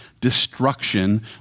destruction